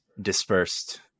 dispersed